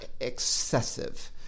Excessive